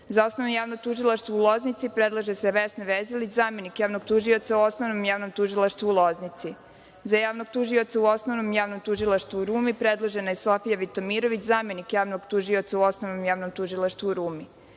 osnovno javno tužilaštvo u Loznici predlaže se Vesna Vezilić, zamenik javnog tužioca u Osnovnom javnom tužilaštvu u Loznici.Za javnog tužioca u Osnovnom javnom tužilaštvu u Rumi predložena je Sofija Vitomirović, zamenik javnog tužioca u Osnovnom javnom tužilaštvu u Rumi.Za